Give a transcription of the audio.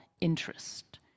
interest